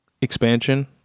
expansion